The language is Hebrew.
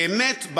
באמת,